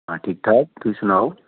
ਹਾਂ ਠੀਕ ਠਾਕ ਤੁਸੀਂ ਸੁਣਾਓ